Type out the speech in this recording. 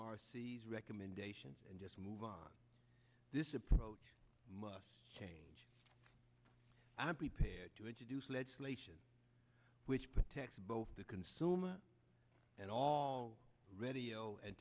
c s recommendations and just move on this approach must change and i'm prepared to introduce legislation which protects both the consumer and all read